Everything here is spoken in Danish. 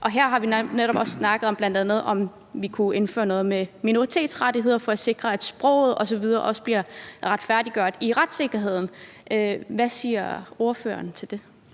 og her har vi netop også snakket om, om man bl.a. kunne indføre noget med minoritetsrettigheder for at sikre, at sproget osv. også bliver retfærdiggjort i forhold til retssikkerheden. Hvad siger ordføreren til det?